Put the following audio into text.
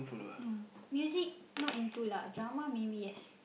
no music not into lah drama maybe yes